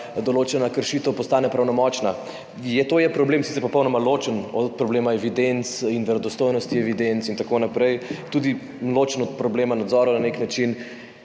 določena kršitev postane pravnomočna, to je problem, sicer popolnoma ločen od problema evidenc in verodostojnosti evidenc in tako naprej, ločen tudi od problema nadzora na nek način.